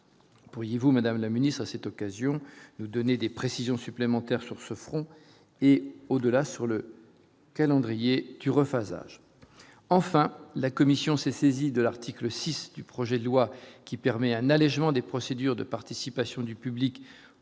Pourriez-vous, madame la ministre, à cette occasion, nous donner des précisions supplémentaires sur ce front, et au-delà sur le calendrier du Refah sage,